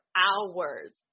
hours